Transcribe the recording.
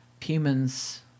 humans